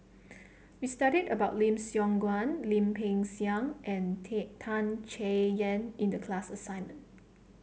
we studied about Lim Siong Guan Lim Peng Siang and Tan Chay Yan in the class assignment